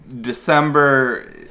December